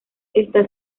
está